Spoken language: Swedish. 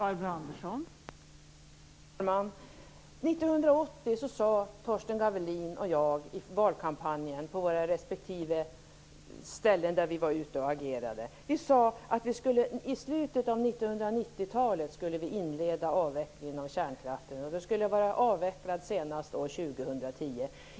Fru talman! 1980 sade Torsten Gavelin och jag i valkampanjen på de respektive ställen där vi agerade att avvecklingen av kärnkraften skulle inledas i slutet av 1990-talet och att den skulle vara avvecklad senast 2010.